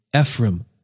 Ephraim